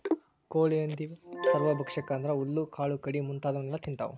ಕೋಳಿ ಹಂದಿ ಇವೆಲ್ಲ ಸರ್ವಭಕ್ಷಕ ಅಂದ್ರ ಹುಲ್ಲು ಕಾಳು ಕಡಿ ಮುಂತಾದವನ್ನೆಲ ತಿಂತಾವ